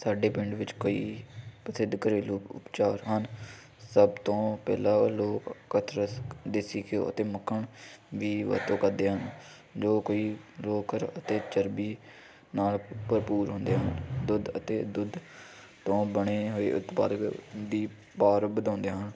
ਸਾਡੇ ਪਿੰਡ ਵਿੱਚ ਕਈ ਪ੍ਰਸਿੱਧ ਘਰੇਲੂ ਉਪਚਾਰ ਹਨ ਸਭ ਤੋਂ ਪਹਿਲਾਂ ਉਹ ਲੋਕ ਕਥਰਸ ਦੇਸੀ ਘਿਓ ਅਤੇ ਮੱਖਣ ਦੀ ਵਰਤੋਂ ਕਰਦੇ ਹਨ ਜੋ ਕੋਈ ਰੋਕਰ ਅਤੇ ਚਰਬੀ ਨਾਲ ਭਰਪੂਰ ਹੁੰਦੇ ਹਨ ਦੁੱਧ ਅਤੇ ਦੁੱਧ ਤੋਂ ਬਣੇ ਹੋਏ ਉਤਪਾਦਕ ਵੀ ਭਾਰ ਵਧਾਉਂਦੇ ਹਨ